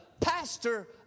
pastor